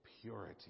purity